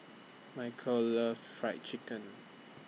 Michell loves Fried Chicken